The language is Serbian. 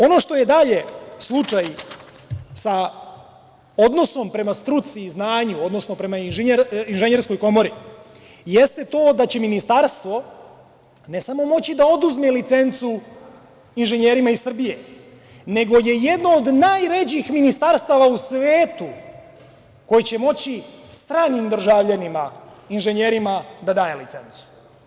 Ono što je dalje slučaj sa odnosom prema struci i znanju, odnosno prema Inženjerskoj komori, jeste to da će ministarstvo, ne samo moći da oduzme licencu inženjerima iz Srbije, nego je jedno od najređih ministarstava u svetu koje će moći stranim državljanima, inženjerima da daje licencu.